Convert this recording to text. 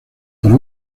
para